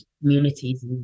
communities